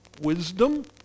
Wisdom